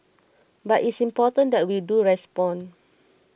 but it's important that we do respond